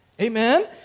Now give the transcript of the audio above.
Amen